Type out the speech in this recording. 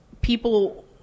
people